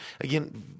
again